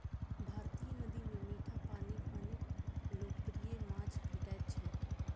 भारतीय नदी मे मीठा पानिक अनेक लोकप्रिय माछ भेटैत छैक